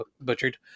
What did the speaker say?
butchered